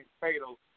fatal